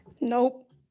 Nope